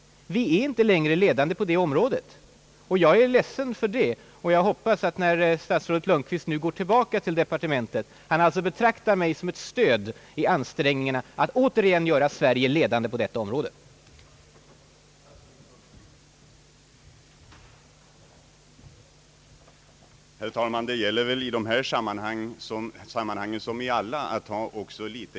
Vi är inte längre ledande på detta område, och jag är ledsen över detta. Jag hoppas alltså att statsrådet Lundkvist, när han går tillbaka till departementet, skall fortsätta att betrakta mig som ett stöd i ansträngningarna att återigen göra Sverige till en ledande nation i studierna av SST-problemen.